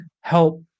help